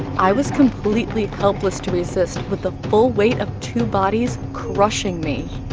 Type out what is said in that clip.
i was completely helpless to resist with the full weight of two bodies crushing me.